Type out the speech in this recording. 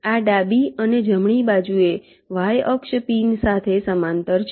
આ ડાબી અને જમણી બાજુએ y અક્ષ પિન સાથે સમાંતર છે